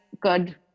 good